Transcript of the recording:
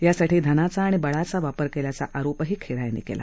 यासाठी धनाचा आणि बळाचा वापर केल्याचा आरोपही खेरा यांनी केला